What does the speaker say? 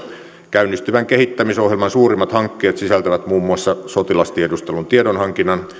käynnistyvän kehittämisohjelman suurimmat hankkeet sisältävät muun muassa sotilastiedustelun tiedonhankinnan